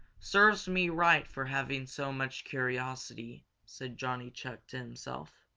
serves me right for having so much curiosity, said johnny chuck to himself.